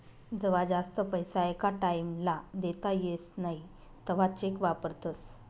जवा जास्त पैसा एका टाईम ला देता येस नई तवा चेक वापरतस